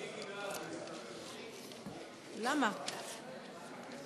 סעיפים 14 15, כהצעת הוועדה, נתקבלו.